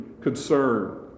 concern